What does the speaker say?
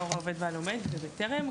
׳הנוער העובד והלומד׳ ו- ׳בטרם׳.